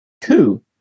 Two